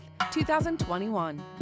2021